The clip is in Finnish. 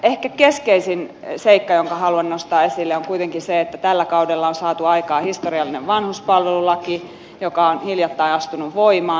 ehkä keskeisin seikka jonka haluan nostaa esille on kuitenkin se että tällä kaudella on saatu aikaan historiallinen vanhuspalvelulaki joka on hiljattain astunut voimaan